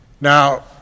Now